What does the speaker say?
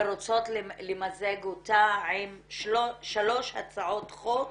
ורוצות למזג אותה עם שלוש הצעות חוק